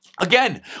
Again